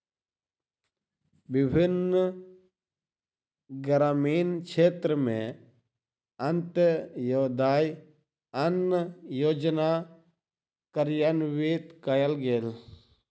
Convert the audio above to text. विभिन्न ग्रामीण क्षेत्र में अन्त्योदय अन्न योजना कार्यान्वित कयल गेल